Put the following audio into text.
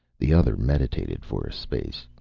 the other meditated for a space.